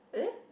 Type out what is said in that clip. eh